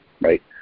Right